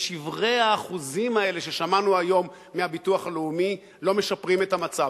ושברי האחוזים האלה ששמענו היום מהביטוח הלאומי לא משפרים את המצב.